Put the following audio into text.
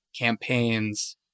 campaigns